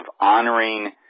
honoring